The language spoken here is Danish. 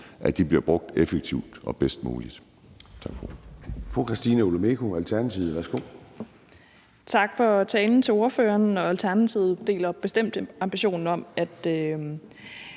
bliver brugt effektivt og bedst muligt.